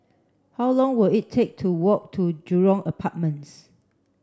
how long will it take to walk to Jurong Apartments